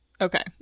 okay